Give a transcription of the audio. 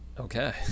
okay